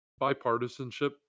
bipartisanship